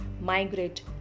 migrate